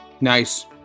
Nice